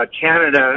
Canada